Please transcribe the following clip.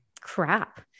crap